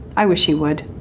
i wish he would,